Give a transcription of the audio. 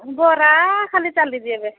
ବରା ଖାଲି ଚାଲିଛି ଏବେ